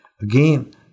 Again